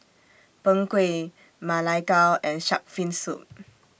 Png Kueh Ma Lai Gao and Shark's Fin Soup